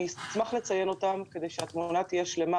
אני אשמח לציין אותם כדי שהתמונה תהיה שלמה.